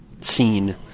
scene